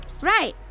right